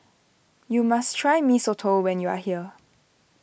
you must try Mee Soto when you are here